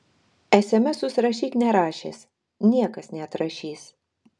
esemesus rašyk nerašęs niekas neatrašys